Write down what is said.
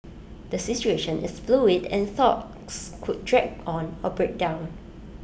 the situation is fluid and talks could drag on or break down